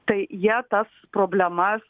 tai jie tas problemas